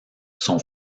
son